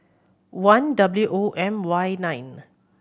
one W O M Y nine